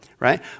Right